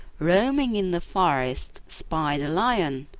roaming in the forest, spied a lion,